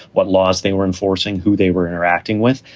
what laws they were enforcing, who they were interacting with.